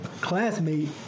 classmate